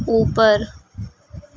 اوپر